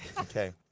Okay